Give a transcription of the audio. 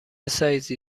سایزی